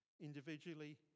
individually